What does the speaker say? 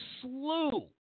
slew